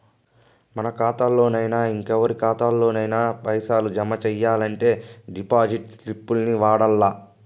మన కాతాల్లోనయినా, ఇంకెవరి కాతాల్లోనయినా పైసలు జమ సెయ్యాలంటే డిపాజిట్ స్లిప్పుల్ని వాడల్ల